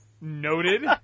noted